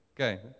Okay